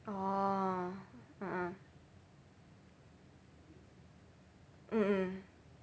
orh mm mm mm mm